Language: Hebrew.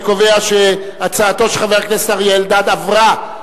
אני קובע שהצעתו של חבר הכנסת אריה אלדד עברה,